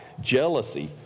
jealousy